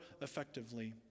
effectively